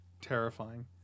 terrifying